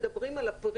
בתחתית